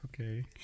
Okay